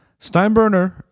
Steinbrenner